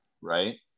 right